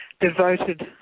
devoted